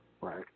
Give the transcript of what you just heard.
right